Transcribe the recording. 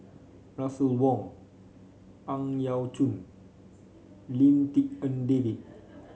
Russel Wong Ang Yau Choon Lim Tik En David